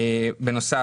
בנוסף,